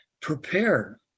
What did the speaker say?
prepare